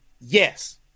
Yes